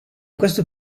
questo